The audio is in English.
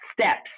steps